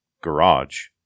garage